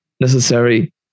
necessary